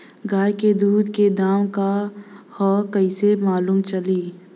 गाय के दूध के दाम का ह कइसे मालूम चली?